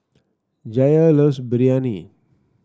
Jair loves Biryani